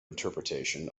interpretation